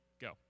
Go